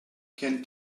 kennt